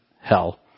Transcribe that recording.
hell